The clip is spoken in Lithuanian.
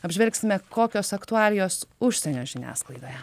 apžvelgsime kokios aktualijos užsienio žiniasklaidoje